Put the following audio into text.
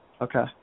Okay